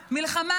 מלחמה,